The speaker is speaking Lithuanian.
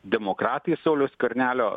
demokratai sauliaus skvernelio